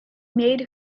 made